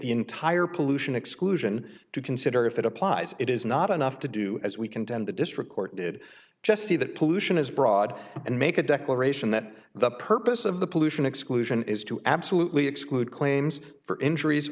the entire pollution exclusion to consider if it applies it is not enough to do as we contend the district court did just see that pollution is broad and make a declaration that the purpose of the pollution exclusion is to absolutely exclude claims for injuries